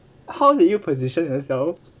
how did you position yourself